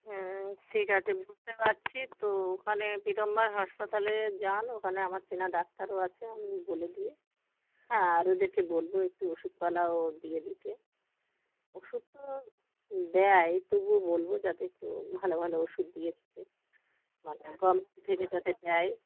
হুম ঠিক আছে বুঝতে পারছি তো ওখানে পীতাম্বর হাসপাতালে যান ওখানে আমার চেনা ডাক্তারও আছে আমি বলে দিয়ে হ্যাঁ আর ওদেরকে বলবো একটু ওষুধপালাও দিয়ে দিতে ওষুধ তো দেয় তবুও বলবো যাতে একটু ভালো ভালো ওষুধ দিয়ে দিতে মানে কম যাতে দেয়